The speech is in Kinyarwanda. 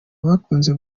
bakunze